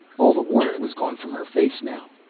all the warmth was gone from her face now.